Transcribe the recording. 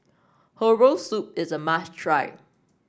Herbal Soup is a must try